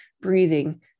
breathing